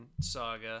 saga